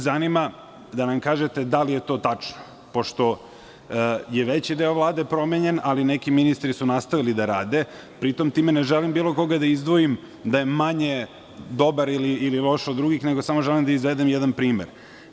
Zanima me da nam kažete da li je to tačno, pošto je veći deo Vlade promenjen, ali neki ministri su nastavili da rade, pri tom time ne želim bilo koga da izdvojim, da je manje dobar ili lošiji od drugih, nego samo želim da izvedem jedan primer.